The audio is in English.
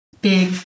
big